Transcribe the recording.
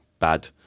bad